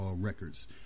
records